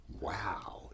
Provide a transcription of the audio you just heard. wow